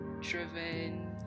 driven